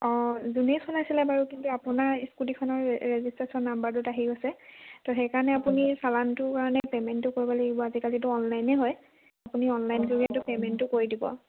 অঁ যোনেই চলাইছিলে বাৰু কিন্তু আপোনাৰ ইস্কুটীখনৰ ৰেজিষ্ট্ৰেশ্যন নাম্বাৰটোত আহি গৈছে ত' সেইকাৰণে আপুনি চালানটোৰ কাৰণে পে'মেণ্টটো কৰিব লাগিব আজিকালিতো অনলাইনে হয় আপুনি অনলাইন পে'মেণ্টটো পে'মেণ্টটো কৰি দিব